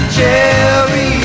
Cherry